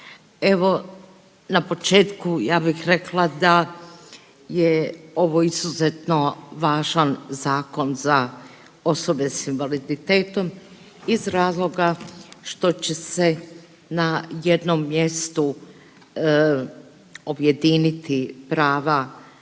Evo na početku ja bih rekla da je ovo izuzetno važan zakon za osobe sa invaliditetom iz razloga što će se na jednom mjestu objediniti prava